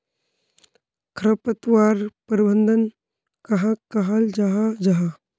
खरपतवार प्रबंधन कहाक कहाल जाहा जाहा?